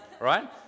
right